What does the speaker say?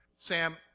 Sam